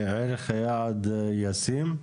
וערך היעד ישים?